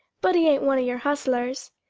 but he ain't one of your hustlers.